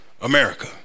America